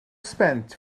sment